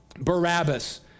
Barabbas